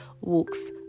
walks